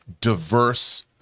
diverse